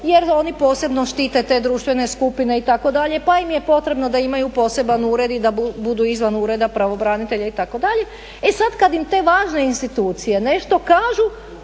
jer oni posebno štite te društvene skupine itd., pa im je potrebno da imaju poseban ured i da budu izvan ureda pravobranitelja itd., e sad kad im te važne institucije nešto kažu